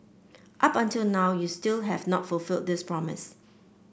up until now you still have not fulfilled this promise